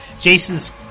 Jason's